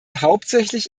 hauptsächlich